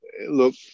look